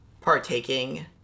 partaking